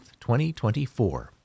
2024